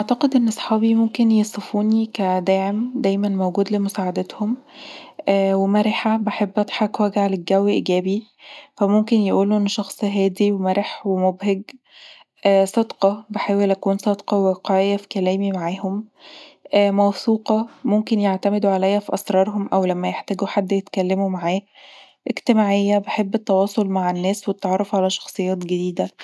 أعتقد ان صحابي ممكن يصفوني كداعم دايمًا موجود لمساعدتهم مرحة بحب أضحك وأجعل الجو إيجابي، فممكن يقولوا إني شخص هادي ومرح ومبهج. صادقه، بحاول اكون صادقه وواقعيه في كلامي معاهم، موثوقه، ممكن يعتمدوا عليا في اسرارهم او لما يحتاجوا حد يتكلموا معاه، اجتماعيه، بحب التواصل مع الناس والتعرف علي شخصيات جديده